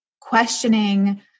questioning